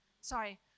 Sorry